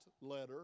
letter